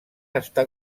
està